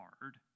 hard